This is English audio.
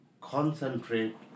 concentrate